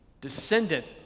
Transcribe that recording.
descendant